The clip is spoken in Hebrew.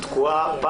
תקועה.